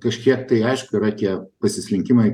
kažkiek tai aišku yra tie pasislinkimai